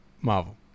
Marvel